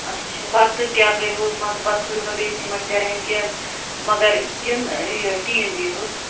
اچھا پَتہٕ کیٛاہ کٔرِہوس مان ژٕ پَتہٕ کھٔٲلِو نہٕ بیٚیہِ سیٖمَٹھ سٮ۪رَن ہُنٛد کینٛہہ مگر کِنہٕ یہِ ٹیٖن دیہُس